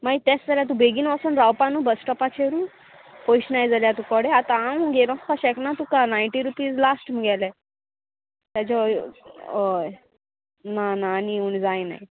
मागीर तेच जाल्यार तूं बेगीन वोसोन रावपा न्हू बस स्टॉपाचेरूय पयशें नाय जाल्यार तूं कडेन आतां हांव घेवन वोसपा शेकना तुका नायन्टी रुपीज लास्ट म्हणगेले तेज्या हय ना ना आनी उणें जायनाय